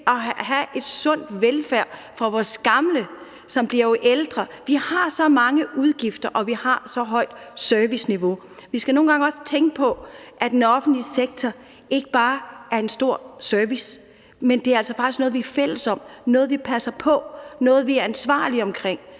vil have en sund velfærd for vores gamle, som jo bliver ældre. Vi har så mange udgifter, og vi har så højt et serviceniveau. Vi skal nogle gange også tænke på, at den offentlige sektor ikke bare yder en stor service, men at den altså også er sådan noget, vi er fælles om; noget, vi passer på; noget, vi er ansvarlige over